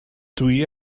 dwi